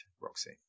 Roxy